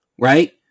Right